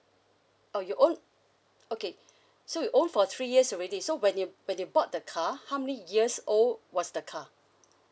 oh your own okay so you own for three years already so when you when you bought the car how many years old was the car